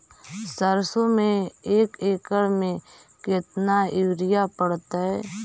सरसों में एक एकड़ मे केतना युरिया पड़तै?